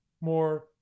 more